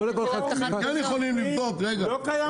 אנחנו כן יכולים לבדוק מה ההשפעה.